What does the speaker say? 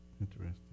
Interesting